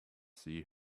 see